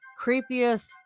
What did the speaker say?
creepiest